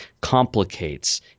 complicates